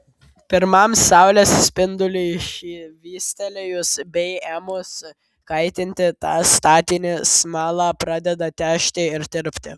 pirmam saulės spinduliui švystelėjus bei ėmus kaitinti tą statinį smala pradeda težti ir tirpti